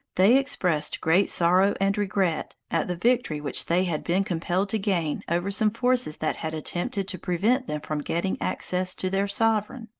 they expressed great sorrow and regret at the victory which they had been compelled to gain over some forces that had attempted to prevent them from getting access to their sovereign.